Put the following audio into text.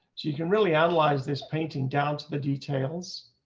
you can really analyze this painting down to the details.